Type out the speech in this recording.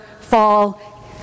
fall